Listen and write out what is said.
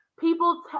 people